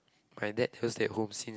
my dad just stay at home since